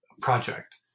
project